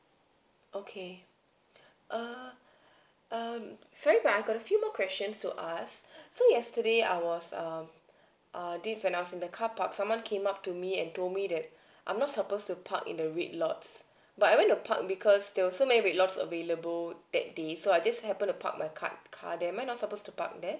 okay err um sorry but I got a few more questions to ask so yesterday I was um err this when I was in the carpark someone came up to me and told me that I'm not supposed to park in the red lots but I went to park because they were so many red lots available that day so I just happen to park my card car there am I not suppose to park there